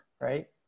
right